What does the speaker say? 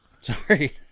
Sorry